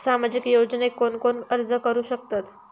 सामाजिक योजनेक कोण कोण अर्ज करू शकतत?